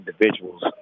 individuals